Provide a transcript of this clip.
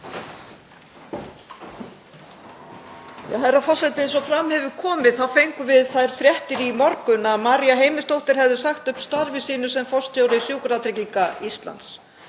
Herra forseti. Eins og fram hefur komið fengum við þær fréttir í morgun að María Heimisdóttir hefði sagt upp starfi sínu sem forstjóri Sjúkratrygginga Íslands.